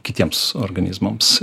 kitiems organizmams